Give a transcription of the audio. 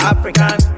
African